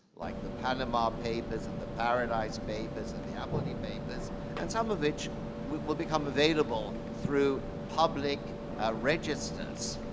like the panama papers and the paradise papers and the appleby papers and some of which will become available through public registers.